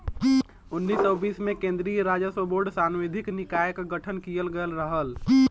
उन्नीस सौ चौबीस में केन्द्रीय राजस्व बोर्ड सांविधिक निकाय क गठन किहल गयल रहल